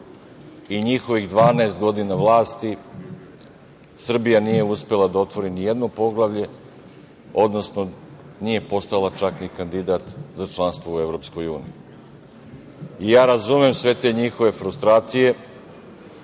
i njihovih 12 godina vlasti Srbija nije uspela da otvori nijedno poglavlje, odnosno nije postala čak ni kandidat za članstvo u EU.Razumem sve te njihove frustracije